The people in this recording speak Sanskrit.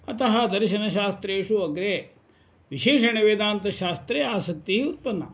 अतः दर्शनशास्त्रेषु अग्रे विशेषेण वेदान्तशास्त्रे आसक्तिः उत्पन्ना